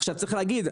עכשיו צריך להגיד,